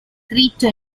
scritto